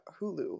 Hulu